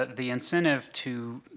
the incentive to